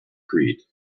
creed